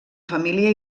família